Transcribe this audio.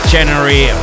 January